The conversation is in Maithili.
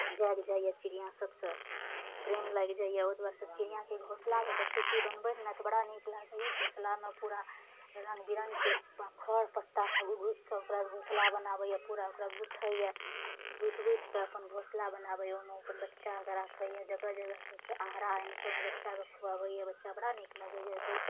जागि जाइए चिड़ियाँ सभसँ प्रेम लागि जाइए ओइ दुआरे से चिड़ियाँके घोँसला देखय छियै बनबैत ने तऽ बड़ा नीक लागइए घोसलामे पूरा रङ्ग बिरङ्गके खर पत्ता सभ उघि उघिके ओकरा घोसला बनाबइए पूरा ओकरा गुठइए गुथि गुथिके अपन घोसला बनाबइए ओइमे अपन बच्चाके राखैय जगह जगहसँ आहार आनिके ओइमे बच्चाके खुआबइए बच्चा बड़ा नीक लगइए देख